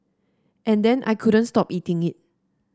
and then I couldn't stop eating it